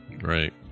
right